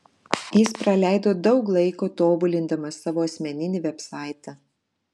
jis praleido daug laiko tobulindamas savo asmeninį vebsaitą